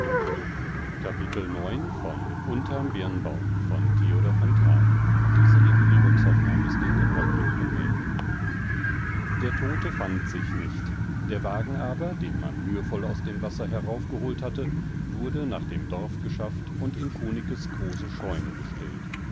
der todte fand sich nicht der wagen aber den man mühevoll aus dem wasser heraufgeholt hatte wurde nach dem dorf geschafft und in kunicke's große scheune gestellt